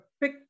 pick